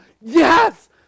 Yes